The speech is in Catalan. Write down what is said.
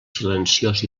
silenciós